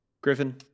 Griffin